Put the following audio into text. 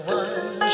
one